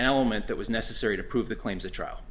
element that was necessary to prove the claims the trial